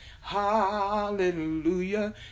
Hallelujah